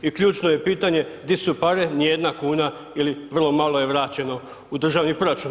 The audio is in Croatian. I ključno je pitanje di su pare nijedna kuna ili vrlo malo je vraćeno u državni proračun.